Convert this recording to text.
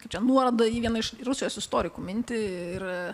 kaip čia nuoroda į vieną iš rusijos istorikų mintį ir